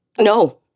No